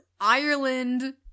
Ireland